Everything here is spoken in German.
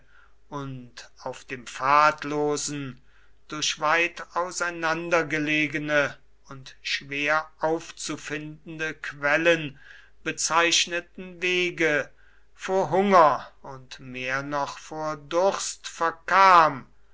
und auf dem pfadlosen durch weit auseinandergelegene und schwer aufzufindende quellen bezeichneten wege vor hunger und mehr noch vor durst verkam